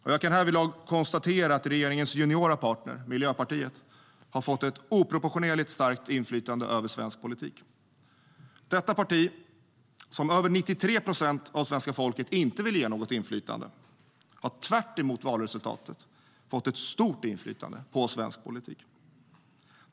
Jag kan härvidlag konstatera att regeringens juniora partner - Miljöpartiet - har fått ett oproportionerligt starkt inflytande över svensk politik. Detta parti, som över 93 procent av svenska folket inte ville ge något inflytande, har tvärtemot valresultatet fått ett stort inflytande på svensk politik.